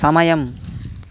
సమయం